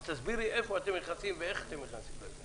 אז תסבירי איפה אתם נכנסים ואיך אתם נכנסים.